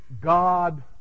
God